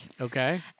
Okay